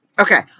Okay